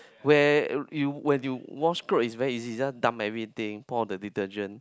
where you you when you wash clothes is very easy just dump everything pour the detergent